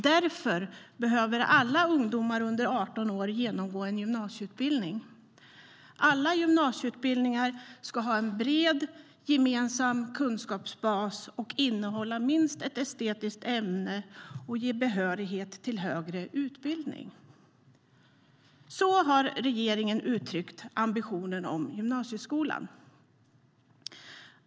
Därför behöver alla ungdomar under 18 år genomgå en gymnasieutbildning."Alla gymnasieutbildningar ska ha en bred, gemensam kunskapsbas, innehålla minst ett estetiskt ämne och ge behörighet till högre utbildning." Så har regeringen uttryckt ambitionen om gymnasieskolan.